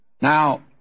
Now